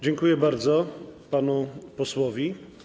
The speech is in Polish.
Dziękuję bardzo panu posłowi.